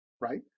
right